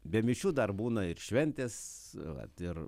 be mišių dar būna ir šventės vat ir